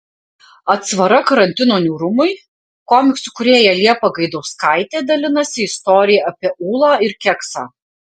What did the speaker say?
atsvara karantino niūrumui komiksų kūrėja liepa gaidauskaitė dalinasi istorija apie ūlą ir keksą